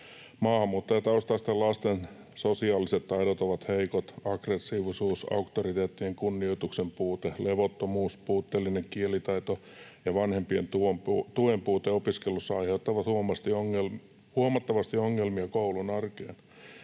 Maahanmuuttajataustaisten lasten sosiaaliset taidot ovat heikot. Aggressiivisuus, auktoriteettien kunnioituksen puute, levottomuus, puutteellinen kielitaito ja vanhempien tuen puute opiskelussa aiheuttavat huomattavasti ongelmia koulun arkeen.